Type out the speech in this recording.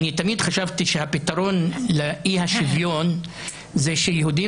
תמיד חשבתי שהפתרון לאי השוויון הוא שיהודים